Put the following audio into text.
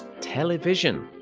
television